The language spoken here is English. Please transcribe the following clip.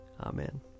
Amen